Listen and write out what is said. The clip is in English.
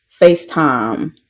FaceTime